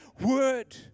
word